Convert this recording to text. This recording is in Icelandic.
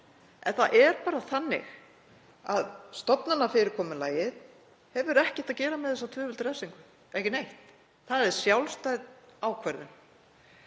Það er bara þannig að stofnanafyrirkomulagið hefur ekkert að gera með tvöfalda refsingu, ekki neitt. Það er sjálfstæð ákvörðun.